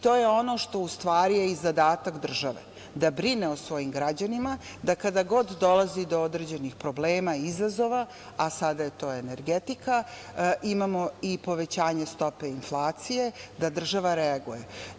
To je ono što je i zadatak države, da brine o svojim građanima, da kada god dolazi do određenih problema i izazova, a sada je to energetika, imamo i povećanje stope inflacije, da država reaguje.